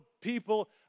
people